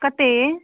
कतेक